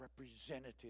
representative